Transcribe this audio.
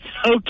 Okay